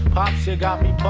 pops, you got me